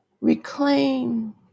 reclaim